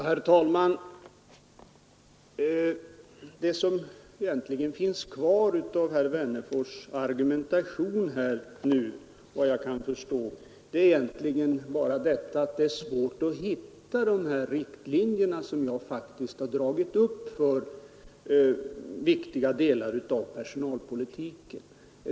Herr talman! Det som egentligen finns kvar av herr Wennerfors” argumentation nu, efter vad jag kan förstå, är bara att det är svårt att hitta de riktlinjer som jag har dragit upp för viktiga delar av personalpolitiken.